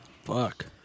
Fuck